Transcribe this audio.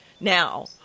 now